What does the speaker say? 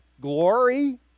glory